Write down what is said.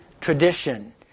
tradition